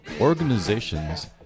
organizations